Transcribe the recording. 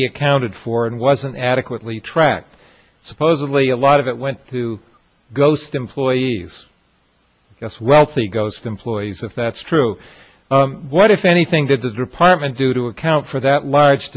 be accounted for and wasn't adequately tracked supposedly a lot of it went to ghost employees yes wealthy ghost employees if that's true what if anything did the department do to account for that large